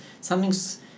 something's